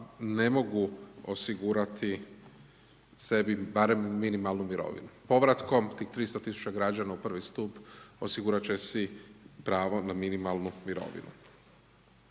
ne mogu osigurati sebi barem minimalnu mirovinu. Povratkom tih 300.000 građana u prvi stup osigurat će se pravo na minimalnu mirovinu.